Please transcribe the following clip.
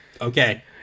okay